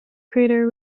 crater